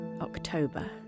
October